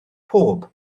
pob